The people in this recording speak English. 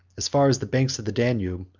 as far as the banks of the danube,